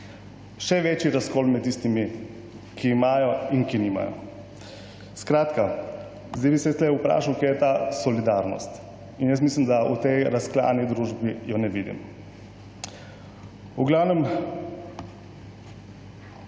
Še večji razkol med tistimi, ki imajo in ki nimajo. Skratka, zdaj bi se jaz tukaj vprašal kje je ta solidarnost. In jaz mislim, da v tej razklani družbi je ne vidim. V glavnem